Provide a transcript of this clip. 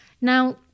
Now